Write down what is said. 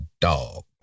dog